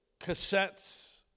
cassettes